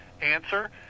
Answer